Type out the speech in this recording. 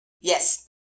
Yes